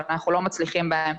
אבל אנחנו לא מצליחים בהם.